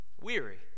weary